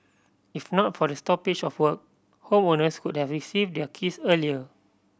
if not for the stoppage of work homeowners could have receive their keys earlier